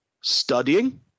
studying